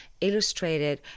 illustrated